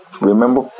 Remember